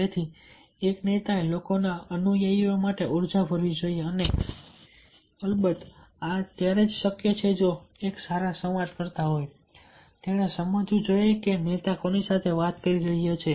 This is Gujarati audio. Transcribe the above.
તેથી એક નેતાએ લોકોના અનુયાયીઓ માટે ઊર્જા ભરવી જોઈએ અને અલબત્ત આ ત્યારે જ શક્ય છે જો તે એક સારા સંવાદકર્તા હોય તેણે સમજવું જોઈએ કે તે કોની સાથે વાત કરી રહ્યા છે